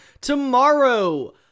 Tomorrow